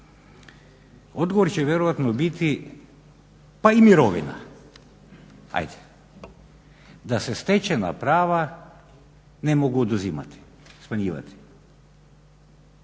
Odgovor će vjerojatno biti pa i mirovina, hajde da se stečena prava ne mogu oduzimati, smanjivati.